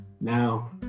now